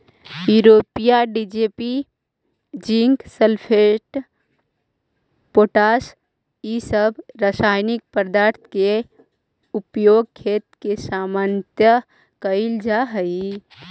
urea, DAP, zinc sulphate, potash इ सब रसायनिक पदार्थ के उपयोग खेत में सामान्यतः कईल जा हई